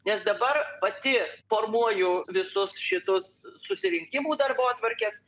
nes dabar pati formuoju visus šituos susirinkimų darbotvarkes